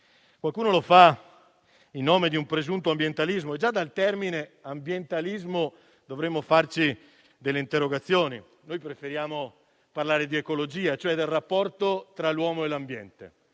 Qualcuno lo fa in nome di un presunto ambientalismo; ma già sul termine «ambientalismo» dovremmo porci delle domande. Noi preferiamo parlare di ecologia, e cioè del rapporto tra l'uomo e l'ambiente,